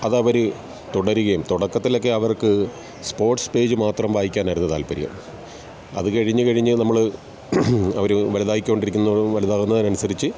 അതവർ തുടരുകയും തുടക്കത്തിലൊക്കെ അവർക്ക് സ്പോർട്സ് പേജ് മാത്രം വായിക്കാനായിരുന്നു താല്പര്യം അതുകഴിഞ്ഞ് കഴിഞ്ഞ് നമ്മൾ അവർ വലുതായിക്കൊണ്ടിരിക്കുംതോറും വലുതാവുന്നതിനനുസരിച്ച്